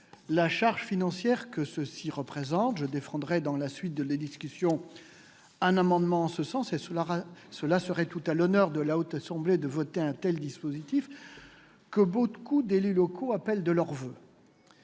la charge financière que ceux-ci représentent. Je défendrai dans la suite de la discussion un amendement en ce sens. Il serait tout à l'honneur de la Haute Assemblée de voter un tel dispositif, que de nombreux élus locaux appellent de leurs voeux.